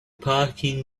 parking